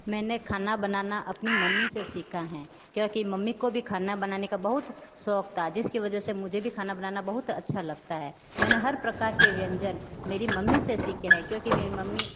मैंने खाना बनाना अपनी मम्मी से सीखा हैं क्योंकि मम्मी को भी खाना बनाने का बहुत शौक था जिस के वजह से मुझे भी खाना बनाना बहुत अच्छा लगता है मैंने हर प्रकार के व्यंजन मेरी मम्मी से सीखे हैं क्योंकि मेरी मम्मी